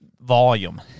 volume